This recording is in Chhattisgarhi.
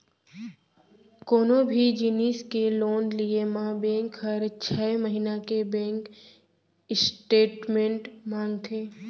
कोनों भी जिनिस के लोन लिये म बेंक हर छै महिना के बेंक स्टेटमेंट मांगथे